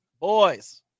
Boys